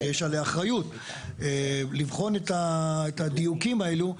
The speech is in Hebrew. שיש עליה אחריות לבחון את הדיוקים האלו.